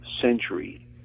century